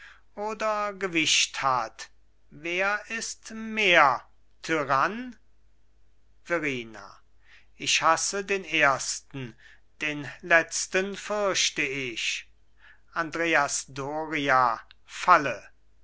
oder gewicht hat wer ist mehr tyrann verrina ich hasse den ersten den letzten fürchte ich andreas doria falle